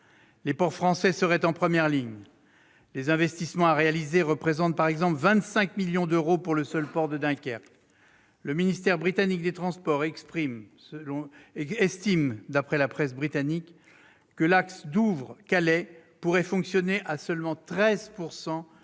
Les ports français seraient en première ligne. Les investissements à réaliser représentent, par exemple, 25 millions d'euros pour le seul port de Dunkerque ! Le ministère britannique des transports estime, d'après la presse d'outre-Manche, que l'axe Douvres-Calais pourrait fonctionner à seulement 13